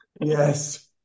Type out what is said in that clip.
yes